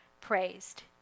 praised